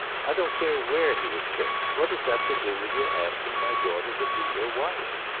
i don't care where he was kicked. what has that to do with your asking my daughter to be your wife?